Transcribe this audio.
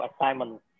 assignment